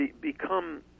become